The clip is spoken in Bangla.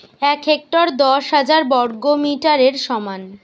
এক হেক্টর দশ হাজার বর্গমিটারের সমান